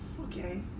okay